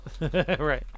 Right